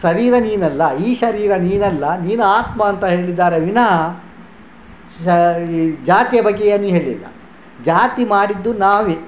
ಶರೀರ ನೀನಲ್ಲ ಈ ಶರೀರ ನೀನಲ್ಲ ನೀನು ಆತ್ಮ ಅಂತ ಹೇಳಿದ್ದಾರೆ ವಿನಃ ಶ ಈ ಜಾತಿಯ ಬಗ್ಗೆ ಏನು ಹೇಳಲಿಲ್ಲ ಜಾತಿ ಮಾಡಿದ್ದು ನಾವೇ